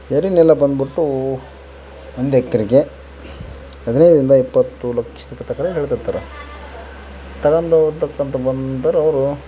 ಎರೆನೆಲ ಬಂದ್ಬಿಟ್ಟೂ ಒಂದು ಎಕ್ರೆಗೆ ಹದಿನೈದ್ರಿಂದ ಇಪ್ಪತ್ತು ಲಕ್ಷ ತಗೊಂಡ್ ಹೋಗ್ತಕಂಥ ಬಂದೋರ್ ಅವರು